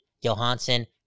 Johansson